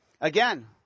Again